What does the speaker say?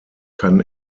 kann